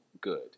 good